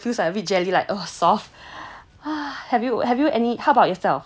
yeah I feel jelly like soft have you have you any how about yourself